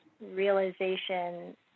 realization